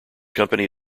company